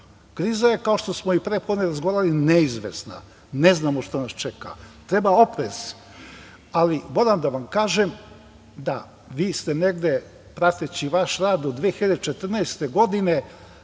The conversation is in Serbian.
Kriza je, kao što smo i pre govorili, neizvesna, ne znamo šta nas čeka, treba oprez. Moram da vam kažem da ste vi negde, prateći vaš rad, od 2014. godine,